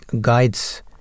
guides